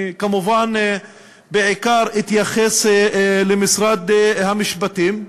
אני כמובן אתייחס בעיקר למשרד המשפטים,